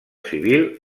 civil